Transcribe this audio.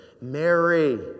Mary